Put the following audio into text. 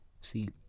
See